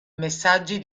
messaggi